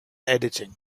editing